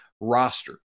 roster